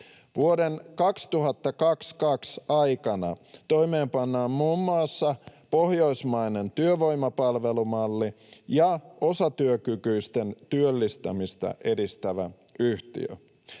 Vuoden 2022 aikana toimeenpannaan muun muassa pohjoismainen työvoimapalvelumalli ja osatyökykyisten työllistämistä edistävä yhtiö.